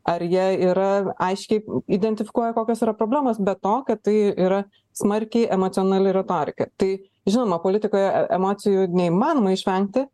ar jie yra aiškiai identifikuoja kokios yra problemos be to kad tai yra smarkiai emocionali retorika tai žinoma politikoje emocijų neįmanoma išvengti